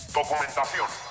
Documentación